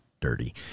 Dirty